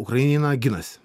ukraina ginasi